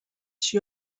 she